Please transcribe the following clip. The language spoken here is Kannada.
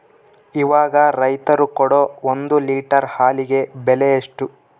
ಇವಾಗ ರೈತರು ಕೊಡೊ ಒಂದು ಲೇಟರ್ ಹಾಲಿಗೆ ಬೆಲೆ ಎಷ್ಟು?